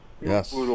yes